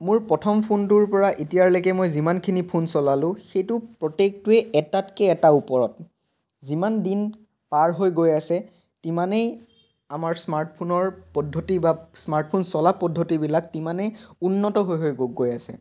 মোৰ প্ৰথম ফোনটোৰ পৰা এতিয়ালৈকে যিমানখিনি ফোন চলালোঁ সেইটো প্ৰত্যেকটোৱে এটাতকৈ এটা ওপৰত যিমান দিন পাৰ হৈ গৈ আছে তিমানেই আমাৰ স্মাৰ্টফোনৰ পদ্ধতি বা স্মাৰ্টফোন চলা পদ্ধতিবিলাক তিমানেই উন্নত হৈ হৈ গৈ আছে